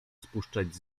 spuszczać